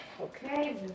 Okay